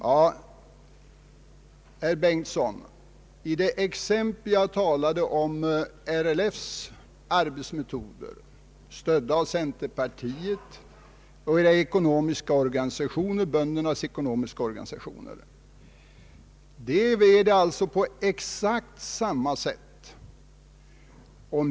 Ja, herr Bengtson, i det exempel som jag talade om — RLF:s arbetsmetoder, stödda av centerpartiet och böndernas ekonomiska organisationer — är det på exakt samma sätt.